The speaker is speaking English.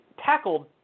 tackled